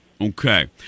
okay